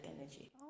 energy